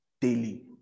daily